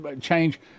change